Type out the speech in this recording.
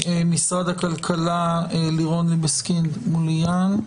ממשרד הכלכלה, לירון ליבסקינד מוליאן.